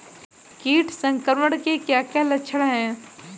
कीट संक्रमण के क्या क्या लक्षण हैं?